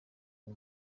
uyu